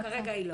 כרגע היא לא.